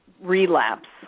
relapse